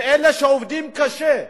ואלה שעובדים קשה.